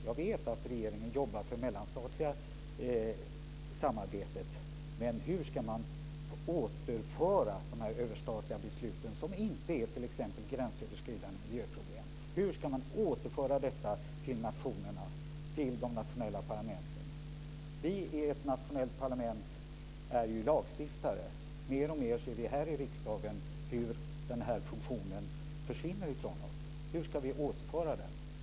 Jag vet att regeringen verkar för det mellanstatliga samarbetet, men hur ska man till de nationella parlamenten kunna återföra t.ex. överstatliga beslut som inte gäller gränsöverskridande miljöproblem? Ett nationellt parlament är ju lagstiftande, men vi ser här i riksdagen hur denna funktion mer och mer försvinner från oss. Hur ska vi kunna återföra den?